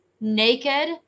naked